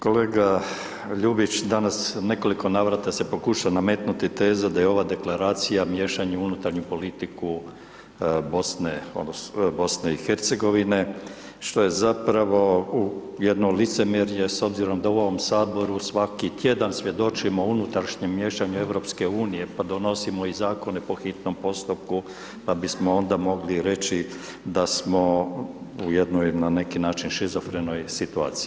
Kolega Ljubić danas u nekoliko navrata se pokušao nametnuti teza da je ova Deklaracija miješanje u unutarnju politiku BiH, što je zapravo jedno licemjerje s obzirom da u ovom Saboru svaki tjedan svjedočimo o unutrašnjem miješanju EU, pa donosimo i Zakone po hitnom postupku, pa bismo onda mogli reći da smo u jednoj, na neki način, šizofrenoj situaciji.